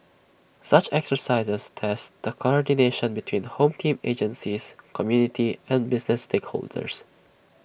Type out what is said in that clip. such exercises test the coordination between home team agencies community and business stakeholders